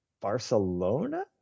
Barcelona